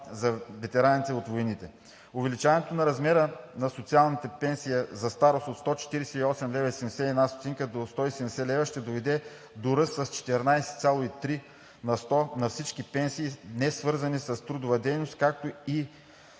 за ветераните от войните. Увеличението на размера на социалната пенсия за старост от 148,71 лв. до 170,00 лв. ще доведе до ръст с 14,3 на сто на всички пенсии, несвързани с трудова дейност, както и